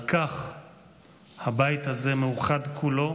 על כך הבית הזה מאוחד כולו